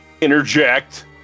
interject